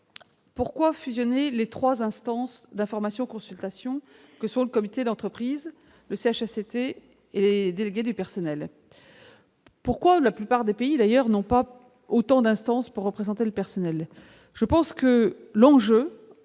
pourquoi fusionner les trois instances d'information et de consultation que sont le comité d'entreprise, le CHSCT et les délégués du personnel ? Eh oui ! Et pourquoi la plupart des pays n'ont-ils pas autant d'instances pour représenter le personnel ? L'enjeu de cette